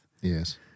Yes